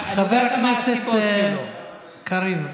כן, חבר הכנסת קריב.